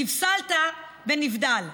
נפסלת בנבדל.